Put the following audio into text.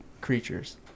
creatures